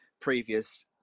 previous